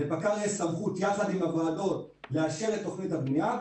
לפקע"ר יש סמכות יחד עם הוועדות לאשר את תוכנית הבנייה,